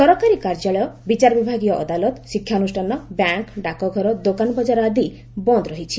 ସରକାରୀ କାର୍ଯ୍ୟାଳୟ ବିଚାର ବିଭାଗୀୟ ଅଦାଲତ ଶିକ୍ଷାନୁଷାନ ବ୍ୟାଙ୍କ ଡାକଘର ଦୋକାନ ବଜାର ଆଦି ବନ୍ଦ ରହିଛି